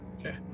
Okay